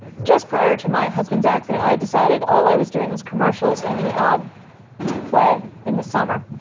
just prior to my husband's accident i had decided all i was doing was commercials and the odd play in the summer.